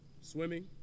Swimming